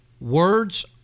words